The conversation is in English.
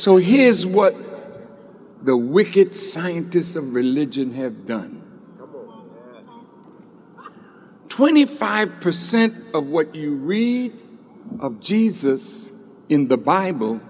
so here is what the wicket scientists and religion have done twenty five percent of what you read of jesus in the bible